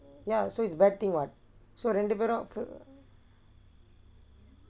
ya so it's bad thing [what]